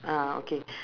ah okay